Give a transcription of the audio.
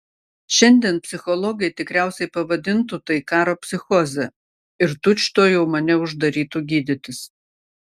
šiandien psichologai tikriausiai pavadintų tai karo psichoze ir tučtuojau mane uždarytų gydytis